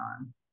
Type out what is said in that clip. on